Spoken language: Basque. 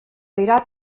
dira